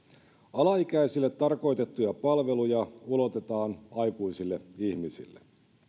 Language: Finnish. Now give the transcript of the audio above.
alaikäisille tarkoitettuja palveluja ulotetaan aikuisille ihmisille